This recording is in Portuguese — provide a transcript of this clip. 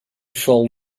solo